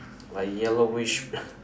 like yellowish